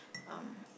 um